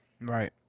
Right